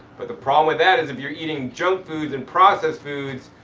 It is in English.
but the problem with that is if you're eating junk foods and processed foods,